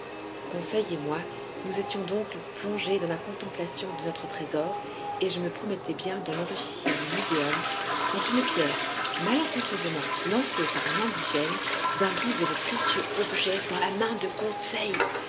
conseil et moi nous étions donc plongés dans la contemplation de notre trésor et je me promettais bien d'en enrichir le muséum quand une pierre malencontreusement lancée par un indigène vint briser le précieux objet dans la main de conseil